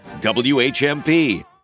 WHMP